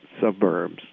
suburbs